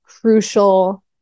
crucial